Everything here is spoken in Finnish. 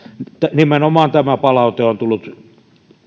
nimenomaan tämä palaute on tullut